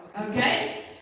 Okay